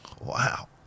wow